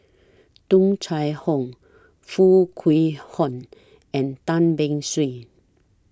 Tung Chye Hong Foo Kwee Horng and Tan Beng Swee